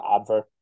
advert